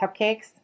cupcakes